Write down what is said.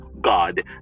God